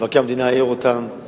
מתייחס אליהם ומבקר המדינה העיר עליהם,